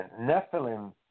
Nephilim